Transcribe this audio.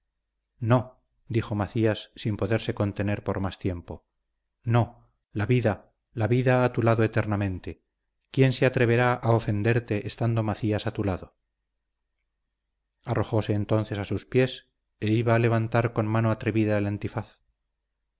no dijo macías sin poderse contener por más tiempo no la vida la vida a tu lado eternamente quién se atreverá a ofenderte estando macías a tu lado arrojóse entonces a sus pies e iba a levantar con mano atrevida el antifaz